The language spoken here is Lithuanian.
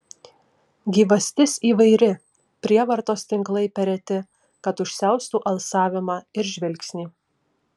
gyvastis įvairi prievartos tinklai per reti kad užsiaustų alsavimą ir žvilgsnį